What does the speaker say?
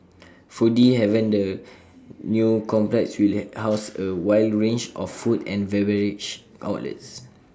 foodie haven the new complex will house A wide range of food and beverage outlets